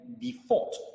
default